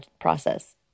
process